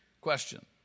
question